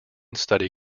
study